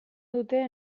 dute